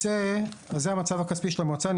זה המצב הכספי של המועצה.